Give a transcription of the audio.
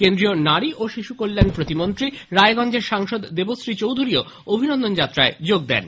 কেন্দ্রীয় নারী ও শিশুকল্যাণ প্রতিমন্ত্রী রায়গঞ্জের সাংসদ দেবশ্রী চৌধুরীও অভিনন্দন যাত্রায় যোগ দেন